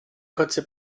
kurze